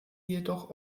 jedoch